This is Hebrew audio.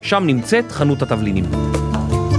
שם נמצאת חנות התבלינים.